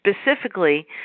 specifically